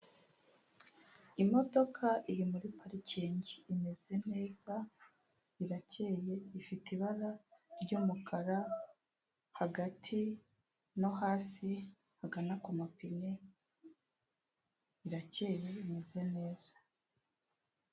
Imodoka iri muri parikingi imeze neza, irakeye ifite ibara ry'umukara hagati no hasi hagana kumapine, irakeye imeze neza.